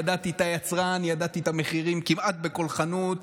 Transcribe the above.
ידעתי את היצרן, ידעתי את המחירים כמעט בכל חנות,